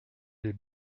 les